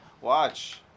Watch